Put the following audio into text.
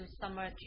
summer